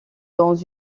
dans